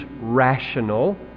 rational